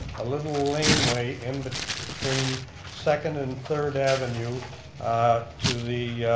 a little lane way in but between second and third avenue to the,